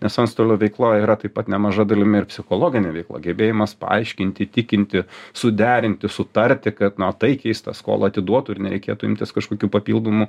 nes antstolio veikloj yra taip pat nemaža dalimi ir psichologinė veikla gebėjimas paaiškinti įtikinti suderinti sutarti kad na taikiai jis tą skolą atiduotų ir nereikėtų imtis kažkokių papildomų